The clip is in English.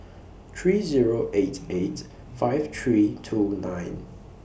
three Zero eight eight five three two nine